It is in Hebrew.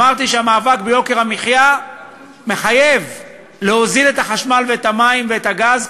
אמרתי שהמאבק ביוקר המחיה מחייב להוזיל את החשמל ואת המים ואת הגז,